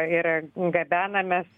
ir gabenamės